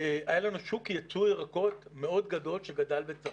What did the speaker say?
היה לנו שוק יצוא ירקות מאוד גדול שגדל וצמח.